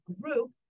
group